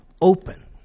open